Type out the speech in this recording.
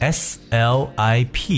slip